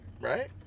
Right